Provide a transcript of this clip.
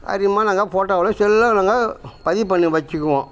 அதிகமாக நாங்கள் ஃபோட்டோவில் செல்லில் நாங்கள் பதிவு பண்ணி வைச்சிக்குவோம்